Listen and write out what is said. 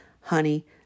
honey